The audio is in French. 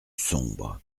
sombre